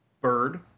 Bird